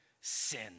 sin